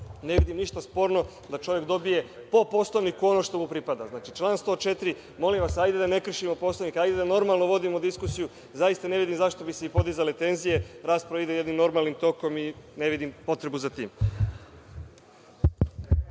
Ne vidim ništa sporno da čovek dobije po Poslovniku ono što mu pripada. Znači, član 104. Molim vas, hajde da ne kršimo Poslovnik, hajde da normalno vodimo diskusiju. Zaista ne vidim zašto bi se i podizale tenzije, rasprava ide jednim normalnim tokom i ne vidim potrebu za tim.